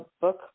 book